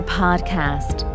podcast